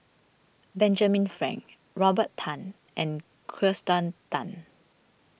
Benjamin Frank Robert Tan and Kirsten Tan